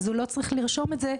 הוא לא צריך לרשום את זה,